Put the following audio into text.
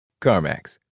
CarMax